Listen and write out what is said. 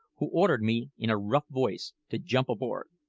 who ordered me, in a rough voice, to jump aboard.